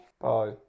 bye